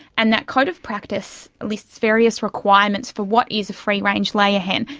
and that code of practice lists various requirements for what is a free range layer hen,